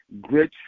great